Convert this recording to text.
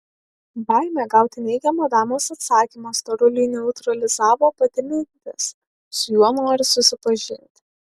baimė gauti neigiamą damos atsakymą storuliui neutralizavo pati mintis su juo nori susipažinti